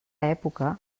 època